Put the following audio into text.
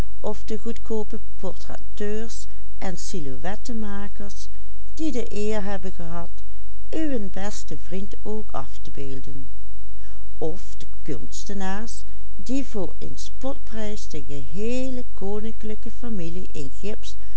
gehad uwen besten vriend ook af te beelden of de konstenaars die voor een spotprijs de geheele koninklijke familie in